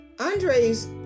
Andre's